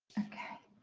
okay,